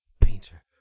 Painter